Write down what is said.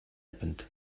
happened